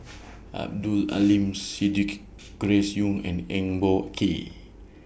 Abdul Aleem Siddique Grace Young and Eng Boh Kee